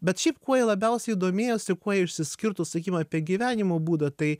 bet šiaip kuo jie labiausiai domėjosi ir kuo jie išsiskirtų sakykim apie gyvenimo būdą tai